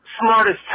smartest